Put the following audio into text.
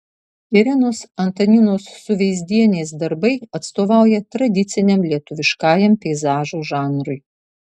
irenos antaninos suveizdienės darbai atstovauja tradiciniam lietuviškajam peizažo žanrui